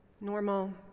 Normal